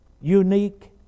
unique